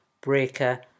Breaker